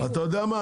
אתה יודע מה?